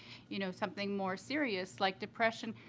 you know, something more serious like depression,